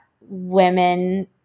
women